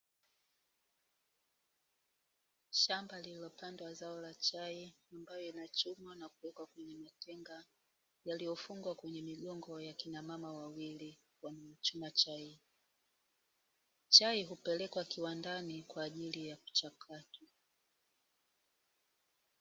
Shamba lililopandwa zao la chai, ambayo inachumwa na kuwekwa kwenye matenga, yaliyofungwa kwenye migongo ya akina mama wawili, wanaochuma chai. Chai hupelekwa kiwandani, kwaajili ya kuchakatwa.